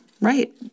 right